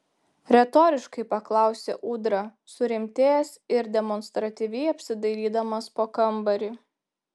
retoriškai paklausė ūdra surimtėjęs ir demonstratyviai apsidairydamas po kambarį